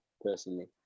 personally